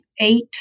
eight